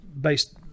based